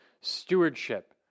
stewardship